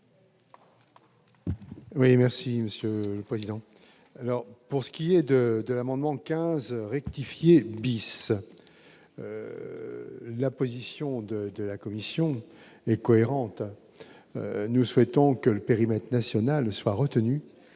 Oui, merci Monsieur le Président, alors pour ce qui est de de l'amendement 15 rectifier bis, la position de de la commission et cohérente, nous souhaitons que le périmètre national soit retenue